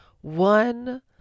one